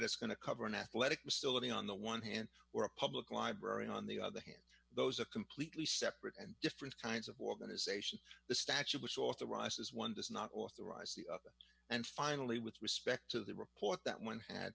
it's going to cover an athletic stilling on the one hand or a public library on the other hand those a completely separate and different kinds of organisations the statute which says one does not authorize the and finally with respect to the report that one had